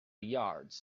yards